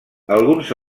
alguns